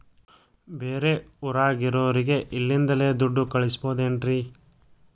ಬೇರೆ ಊರಾಗಿರೋರಿಗೆ ಇಲ್ಲಿಂದಲೇ ದುಡ್ಡು ಕಳಿಸ್ಬೋದೇನ್ರಿ?